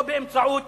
לא באמצעות